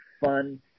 fun